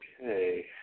Okay